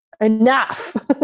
enough